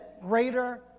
greater